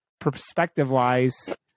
perspective-wise